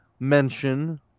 mention